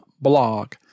blog